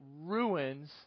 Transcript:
ruins